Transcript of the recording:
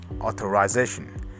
authorization